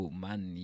man